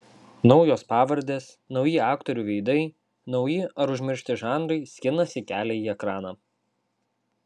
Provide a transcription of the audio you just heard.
naujos pavardės nauji aktorių veidai nauji ar užmiršti žanrai skinasi kelią į ekraną